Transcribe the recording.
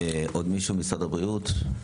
עוד מישהו ממשרד הבריאות?